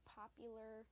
popular